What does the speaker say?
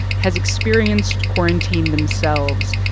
has experienced quarantine themselves,